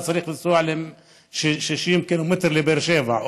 ואתה צריך לנסוע 60 קילומטר לבאר שבע,